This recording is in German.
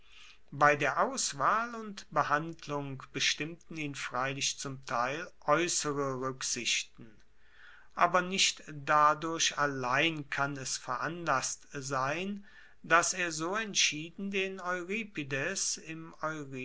bei der auswahl und behandlung bestimmten ihn freilich zum teil aeussere ruecksichten aber nicht dadurch allein kann es veranlasst sein dass er so entschieden den euripides im